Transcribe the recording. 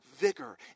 vigor